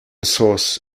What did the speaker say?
source